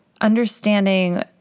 understanding